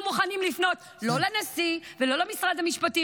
מוכנים לפנות לא לנשיא ולא למשרד המשפטים,